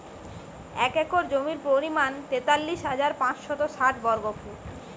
এক একর জমির পরিমাণ তেতাল্লিশ হাজার পাঁচশত ষাট বর্গফুট